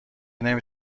نمی